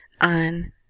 on